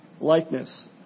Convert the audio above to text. likeness